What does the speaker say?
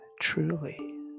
truly